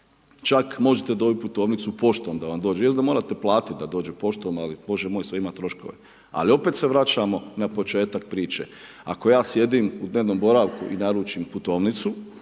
Čak možete dobiti putovnicu poštom da vam dođe. Jest da morate platiti da dođe poštom, ali Bože moj, sve ima troškove. Ali, opet se vraćamo na početak priče, ako ja sjednem u dnevnom boravku i naručim putovnicu,